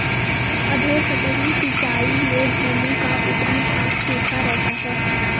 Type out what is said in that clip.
अधोसतही सिंचाई में भूमि का ऊपरी भाग सूखा रहता है